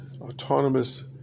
autonomous